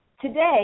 Today